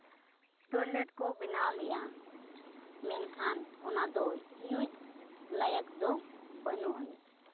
toilet ᱠᱚ ᱵᱮᱱᱟᱣ ᱞᱮᱜᱼᱟ ᱢᱮᱱᱠᱷᱟᱱ ᱚᱱᱟ ᱫᱚ ᱤᱭᱩᱡᱽ ᱞᱟᱭᱮᱠ ᱫᱚ ᱵᱟᱹᱱᱩᱜ ᱟᱹᱱᱤᱡ